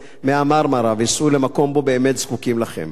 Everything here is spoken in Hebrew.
מה"מרמרה" וסעו למקום שבו באמת זקוקים לכם.